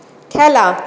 খেলা